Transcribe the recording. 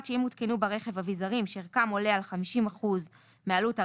שאם הותקנו ברכב אביזרים שערכם עולה על 50 אחוזים מעלות הרכב,